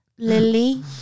Lily